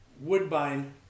Woodbine